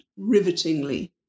rivetingly